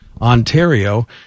Ontario